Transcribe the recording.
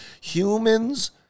humans